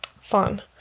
fun